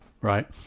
right